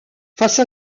face